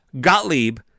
Gottlieb